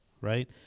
right